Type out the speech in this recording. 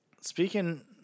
Speaking